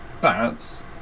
bats